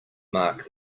mark